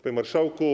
Panie Marszałku!